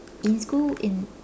in school in